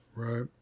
Right